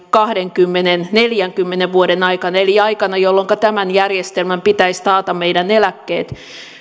kahdenkymmenen viiva neljänkymmenen vuoden aikana eli aikana jolloinka tämän järjestelmän pitäisi taata meidän eläkkeemme